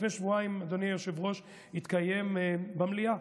לפני שבועיים, אדוני היושב-ראש, התקיים במליאה